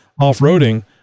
off-roading